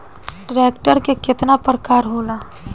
Tractor के केतना प्रकार होला?